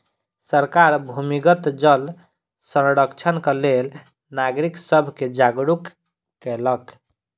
सरकार भूमिगत जल संरक्षणक लेल नागरिक सब के जागरूक केलक